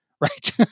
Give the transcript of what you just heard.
right